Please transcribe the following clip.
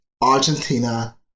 Argentina